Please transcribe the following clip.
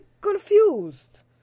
confused